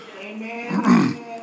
Amen